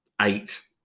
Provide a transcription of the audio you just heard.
eight